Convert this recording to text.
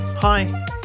Hi